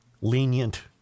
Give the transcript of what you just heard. lenient